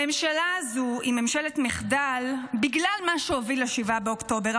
הממשלה הזו היא ממשלת מחדל בגלל מה שהוביל ל-7 באוקטובר,